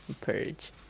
Purge